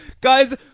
Guys